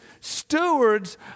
Stewards